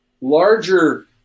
larger